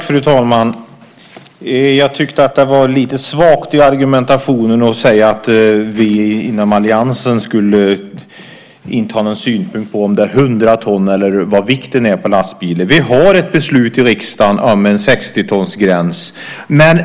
Fru talman! Jag tyckte att det var lite svagt i argumentationen att säga att vi inom alliansen inte skulle ha någon synpunkt på om det är hundra ton eller vad vikten är på lastbilar. Vi har ett beslut i riksdagen om en 60-tonsgräns.